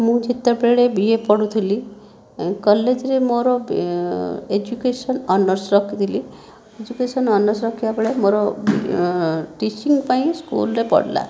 ମୁଁ ଯେତେବେଳେ ବିଏ ପଢ଼ୁଥିଲି କଲେଜରେ ମୋର ଏଜୁକେଶନ ଅନର୍ସ ରଖିଥିଲି ଏଜୁକେଶନ ଅନର୍ସ ରଖିଲାବେଳେ ମୋର ଟିଚିଙ୍ଗ୍ ପାଇଁ ସ୍କୁଲ୍ରେ ପଡ଼ିଲା